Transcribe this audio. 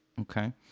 Okay